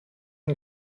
ein